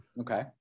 Okay